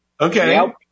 Okay